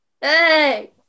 Hey